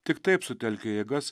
tik taip sutelkę jėgas